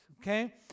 okay